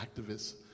activists